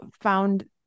found